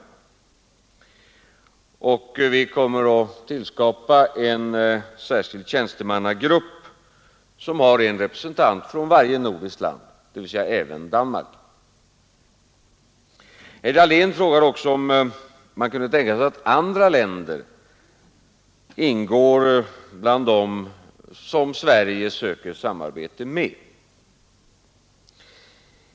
Vi kommer att tillskapa en särskild tjänstemannagrupp, som har en representant för varje nordiskt land, således även Danmark. Herr Dahlén frågade också om man kunde tänka sig att andra länder ingår bland dem som Sverige söker samarbete med.